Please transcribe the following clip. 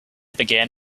began